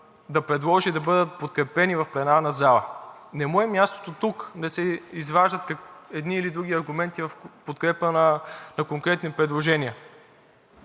да предложи да бъдат подкрепени в пленарната зала. Не му е мястото тук да се изваждат едни или други аргументи в подкрепа на конкретни предложения.